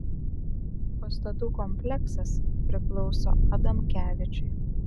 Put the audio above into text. pastatų kompleksas priklauso adamkevičiui